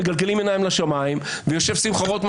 שמחה,